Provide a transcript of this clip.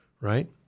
right